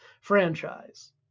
franchise